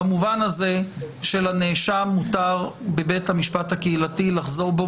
במובן הזה שלנאשם מותר בבית המשפט הקהילתי לחזור בו